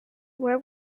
war